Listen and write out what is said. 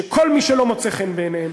שכל מי שלא מוצא חן בעיניהם,